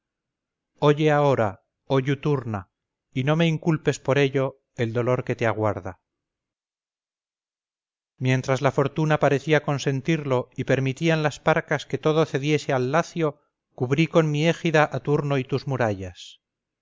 oye ahora oh iuturna y no me inculpes por ello el dolor que te aguarda mientras la fortuna parecía consentirlo y permitían las parcas que todo cediese al lacio cubrí con mi égida a turno y tus murallas